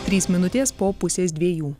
trys minutės po pusės dviejų